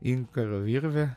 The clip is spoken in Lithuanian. inkaro virve